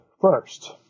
first